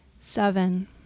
Seven